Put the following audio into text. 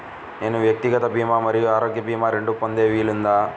నేను వ్యక్తిగత భీమా మరియు ఆరోగ్య భీమా రెండు పొందే వీలుందా?